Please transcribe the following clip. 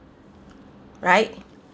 right